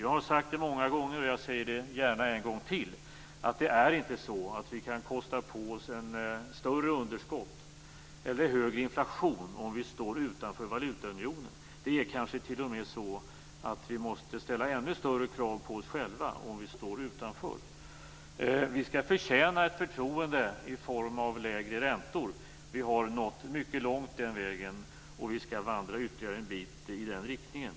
Jag har sagt det många gånger, och jag säger det gärna en gång till: Det är inte så att vi kan kosta på oss ett större underskott eller högre inflation om vi står utanför valutaunionen. Det är kanske t.o.m. så att vi måste ställa ännu högre krav på oss själva om vi står utanför. Vi skall förtjäna ett förtroende i form av lägre räntor. Vi har nått mycket långt på den vägen, och vi skall vandra ytterligare en bit i den riktningen.